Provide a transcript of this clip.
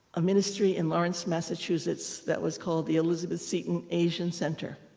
a ministry in lawrence, massachusetts that was called the elizabeth seton asian center.